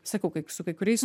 sakau su kai kuriais